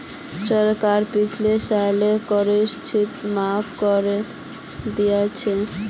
सरकार पिछले सालेर कृषि ऋण माफ़ करे दिल छेक